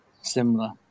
similar